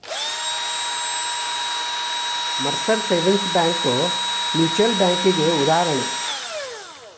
Mercer savings bank mutual ಬ್ಯಾಂಕಿಗಿ ಉದಾಹರಣಿ